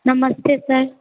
नमस्ते सर